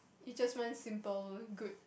is just one simple good